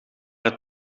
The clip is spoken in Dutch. het